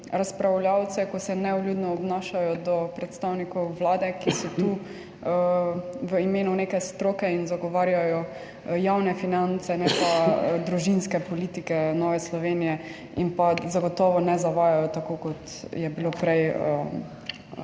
razpravljavce, ko se nevljudno obnašajo do predstavnikov Vlade, ki so tu v imenu neke stroke in zagovarjajo javne finance, ne pa družinske politike Nove Slovenije. In pa zagotovo ne zavajajo, tako kot je bilo prej